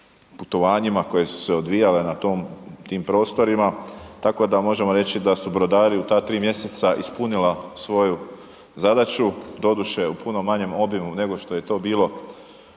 putovanjima koje na tim prostorima tako da možemo reći da su brodari u ta 3 mj. ispunila svoju zadaću, doduše u puno manjem obimu nego što je to bilo